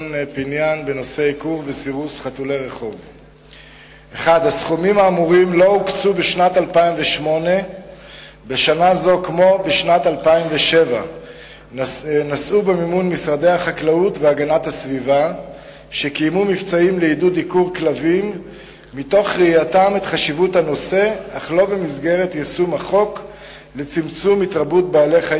1. האם